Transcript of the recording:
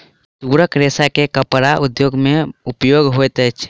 तूरक रेशा के कपड़ा उद्योग में उपयोग होइत अछि